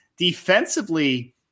defensively